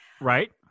right